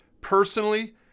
personally